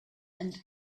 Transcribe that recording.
and